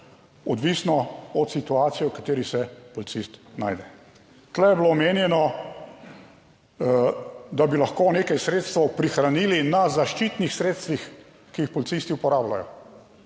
odvisno od situacije, v kateri se policist najde. Tu je bilo omenjeno, da bi lahko nekaj sredstev prihranili na zaščitnih sredstvih, ki jih policisti uporabljajo.